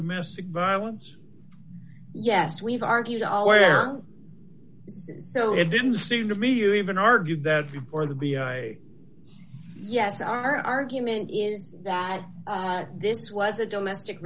domestic violence yes we've argued all where so it didn't seem to me you even argued that before the b i yes our argument is that this was a domestic